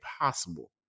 possible